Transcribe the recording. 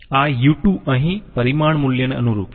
આ u2 અહીં પરિમાણ મૂલ્યને અનુરૂપ છે